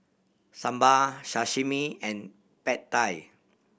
Sambar Sashimi and Pad Thai